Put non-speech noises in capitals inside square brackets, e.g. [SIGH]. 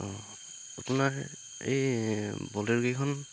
অঁ আপোনাৰ এই [UNINTELLIGIBLE]